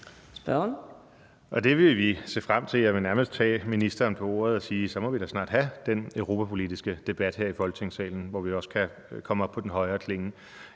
Det vil vi se frem til. Jeg vil nærmest tage ministeren på ordet og sige, at så må vi da snart have den europapolitiske debat her i Folketingssalen, hvor vi også kan komme op på den højere klinge.